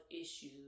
issues